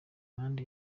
manda